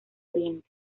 oriente